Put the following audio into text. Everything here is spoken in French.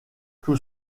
tout